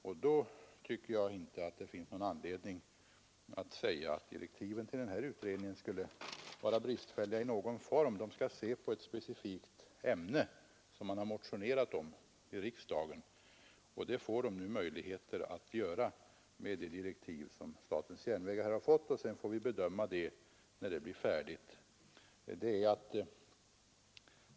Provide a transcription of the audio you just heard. Jag tycker inte man kan säga att utredningens direktiv är bristfälliga; den skall behandla ett specifikt ämne och utreda en sak som det har motionerats om i riksdagen. Det får utredningen också möjligheter att göra med de direktiv som statens järnvägar har fått. Sedan får vi bedöma utredningens arbete, när det blir färdigt.